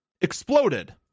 exploded